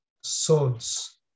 swords